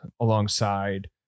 alongside